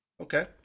Okay